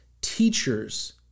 teachers